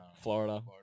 Florida